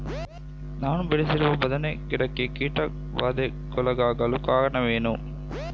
ನಾನು ಬೆಳೆಸಿರುವ ಬದನೆ ಗಿಡಕ್ಕೆ ಕೀಟಬಾಧೆಗೊಳಗಾಗಲು ಕಾರಣವೇನು?